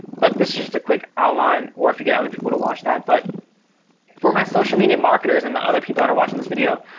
but this is just a quick outline, or if you get other people to watch that. but for my social media marketers and the other people that are watching this video.